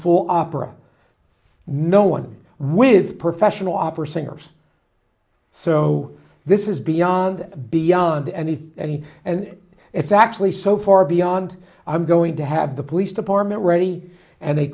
full opera no one with professional opera singers so this is beyond beyond and if any and it's actually so far beyond i'm going to have the police department ready and they